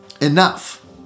enough